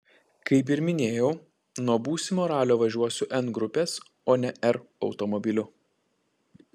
kaip ir minėjau nuo būsimo ralio važiuosiu n grupės o ne r automobiliu